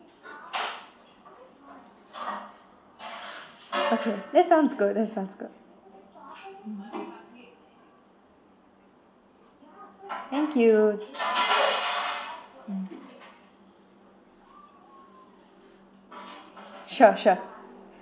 okay that's sounds good that's sounds good hmm thank you mm sure sure